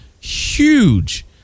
huge